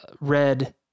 red